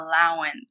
allowance